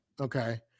Okay